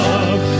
love